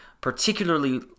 particularly